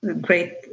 great